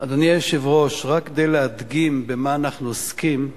אדוני היושב-ראש, רק כדי להדגים במה אנחנו עוסקים,